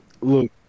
look